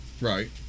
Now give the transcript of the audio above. Right